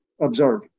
observe